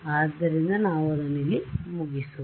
ಆದ್ದರಿಂದ ನಾವು ಅದನ್ನು ಇಲ್ಲಿ ಮುಗಿಸುವ